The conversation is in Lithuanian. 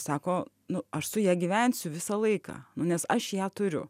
sako nu aš su ja gyvensiu visą laiką nu nes aš ją turiu